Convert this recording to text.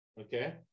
Okay